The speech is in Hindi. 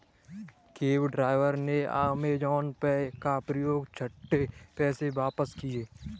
कैब ड्राइवर ने अमेजॉन पे का प्रयोग कर छुट्टे पैसे वापस किए